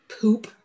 poop